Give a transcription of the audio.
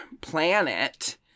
planet